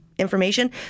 information